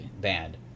band